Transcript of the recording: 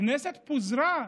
הכנסת פוזרה.